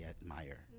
admire